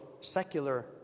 secular